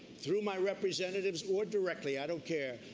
through my representatives or directly, i don't care,